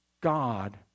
God